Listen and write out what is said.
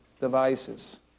devices